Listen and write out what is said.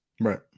Right